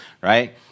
right